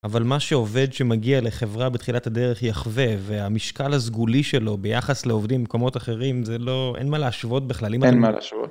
אבל מה שעובד שמגיע לחברה בתחילת הדרך יחווה, והמשקל הסגולי שלו ביחס לעובדים במקומות אחרים, זה לא, אין מה להשוות בכלל. אין מה להשוות.